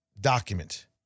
document